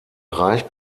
reich